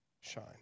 shine